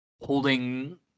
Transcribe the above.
holding